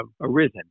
arisen